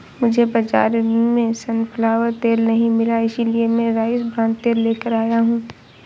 मुझे बाजार में सनफ्लावर तेल नहीं मिला इसलिए मैं राइस ब्रान तेल लेकर आया हूं